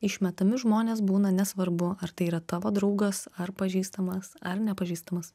išmetami žmonės būna nesvarbu ar tai yra tavo draugas ar pažįstamas ar nepažįstamas